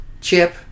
chip